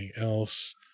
else